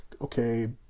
okay